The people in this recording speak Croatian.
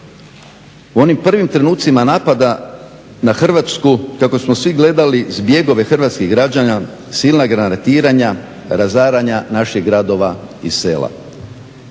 u onim prvim trenucima napada na Hrvatsku kako smo svi gledali zbjegove hrvatskih građana, silna granatiranja, razaranja naših gradova i sela.